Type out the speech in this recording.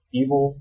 evil